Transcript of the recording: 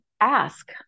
ask